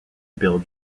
bill